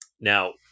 Now